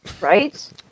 Right